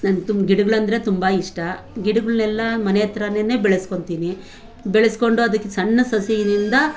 ನನ್ಗೆ ತುಂಬ ಗಿಡಗಳು ಅಂದರೆ ತುಂಬ ಇಷ್ಟ ಗಿಡಗಳ್ನೆಲ್ಲ ಮನೆ ಹತ್ರನೇ ಬೆಳೆಸ್ಕೊಳ್ತೀನಿ ಬೆಳೆಸ್ಕೊಂಡು ಅದಕ್ಕೆ ಸಣ್ಣ ಸಸಿಯಿಂದ